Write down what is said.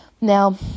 Now